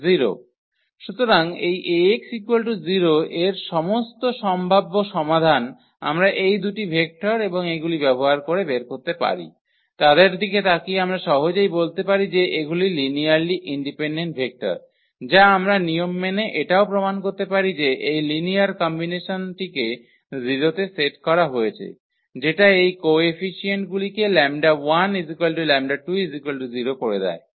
সুতরাং এই Ax 0 এর সমস্ত সম্ভাব্য সমাধান আমরা এই দুটি ভেক্টর এবং এগুলি ব্যবহার করে বের করতে পারি তাদের দিকে তাকিয়ে আমরা সহজেই বলতে পারি যে এগুলি লিনিয়ারলি ইন্ডিপেন্ডেন্ট ভেক্টর যা আমরা নিয়মমেনে এটাও প্রমাণ করতে পারি যে এই লিনিয়ার কম্বিনেশনটিকে 0 তে সেট করা হয়েছে যেটা এই কোএফিসিয়েন্ট গুলিকে 𝜆1 𝜆2 0 করে দেয়